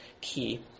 key